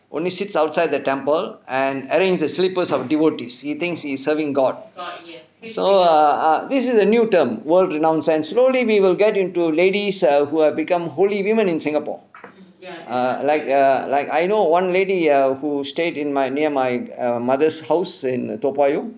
only sits outside the temple and arrange the slippers of devotees he thinks he is serving god so err err this is a new term world renouncer and slowly we will get into ladies who have become holy women in singapore err like err like I know one lady err who stayed in my near my mother's house in toa payoh